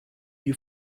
you